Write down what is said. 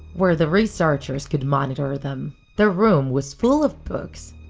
where the researchers could monitor them the room was full of books,